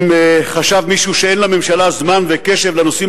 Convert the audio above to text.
אם חשב מישהו שאין לממשלה זמן וקשב לנושאים